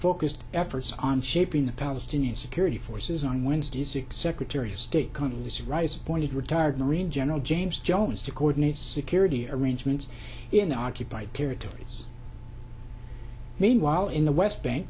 focused efforts on shaping the palestinian security forces on wednesday six secretary of state condoleezza rice pointed retired marine general james jones to coordinate security arrangements in the occupied territories meanwhile in the west bank